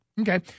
Okay